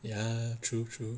ya true true